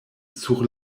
sur